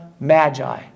Magi